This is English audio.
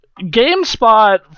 GameSpot